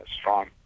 strong